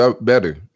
better